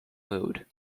mood